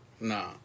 No